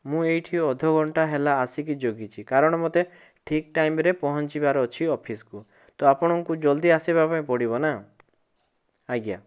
ମୁଁ ଏଇଠି ଅଧଘଣ୍ଟା ହେଲା ଆସିକି ଜଗିଛି କାରଣ ମୋତେ ଠିକ୍ ଟାଇମ୍ରେ ପହଞ୍ଚିବାର ଅଛି ଅଫିସ୍କୁ ତ ଆପଣଙ୍କୁ ଜଲ୍ଦି ଆସିବାପାଇଁ ପଡ଼ିବ ନା ଆଜ୍ଞା